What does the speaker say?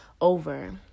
over